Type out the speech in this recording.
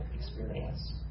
experience